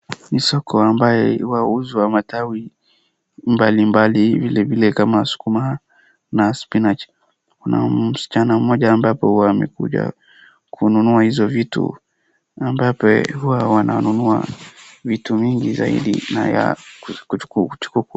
Ni soko ambaye huuza matawi mbalimbali vilevile kama sukuma na spinach . Kuna msichana mmoja ambapo amekuja kununua hizo vitu ambapo huwa wananunua vitu mingi zaidi na ya kuchu.